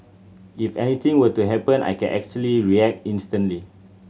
if anything were to happen I can actually react instantly